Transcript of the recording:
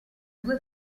due